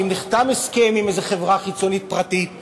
האם נחתם הסכם עם איזו חברה חיצונית פרטית וכו'